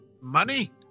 Money